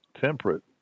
temperate